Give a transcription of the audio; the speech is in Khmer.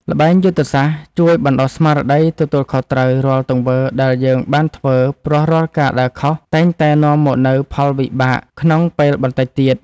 ល្បែងយុទ្ធសាស្ត្រជួយបណ្ដុះស្មារតីទទួលខុសត្រូវរាល់ទង្វើដែលយើងបានធ្វើព្រោះរាល់ការដើរខុសតែងតែនាំមកនូវផលវិបាកក្នុងពេលបន្តិចទៀត។